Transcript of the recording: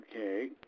Okay